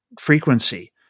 frequency